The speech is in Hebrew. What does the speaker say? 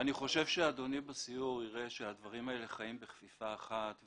אני חושב שאדוני יראה בסיור שהדברים האלה חיים בכפיפה אחת,